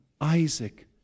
Isaac